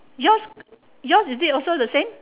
yours yours is it also the same